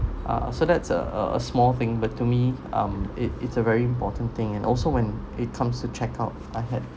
uh so that's a a a small thing but to me um it it's a very important thing and also when it comes to check out I had